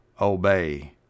obey